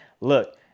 Look